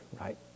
right